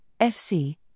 FC